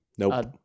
Nope